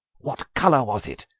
what colour was it?